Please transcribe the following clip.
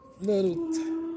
little